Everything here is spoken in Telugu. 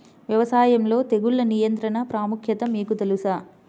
వ్యవసాయంలో తెగుళ్ల నియంత్రణ ప్రాముఖ్యత మీకు తెలుసా?